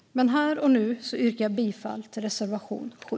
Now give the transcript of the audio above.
Men här och nu yrkar jag bifall endast till reservation 7.